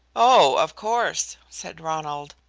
oh, of course, said ronald.